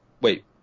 Wait